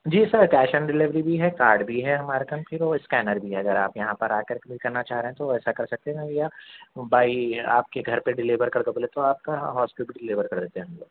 G sir cash on delivery بھی ہے card بھی ہے ہمارے پاس وہ اسکینر بھی ہے اگر آپ یہاں پر آکر پے کرنا چاہ رہے ہیں تو ایسا کر سکتے ہیں یا بائی آپ کے گھر پہ ڈلیور کردو بولے تو آپ کا ہاؤس پہ بھی ڈلیور کردیتے ہم لوگ